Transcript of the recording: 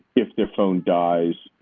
if their phone dies,